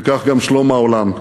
וכך גם שלום העולם.